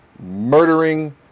murdering